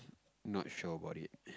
not sure about it